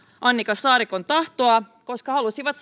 annika saarikon tahtoa koska halusivat